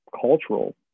cultural